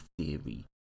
theory